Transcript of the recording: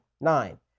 Nine